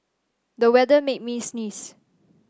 the weather made me sneeze